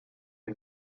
des